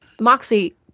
Moxie